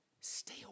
stay